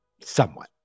somewhat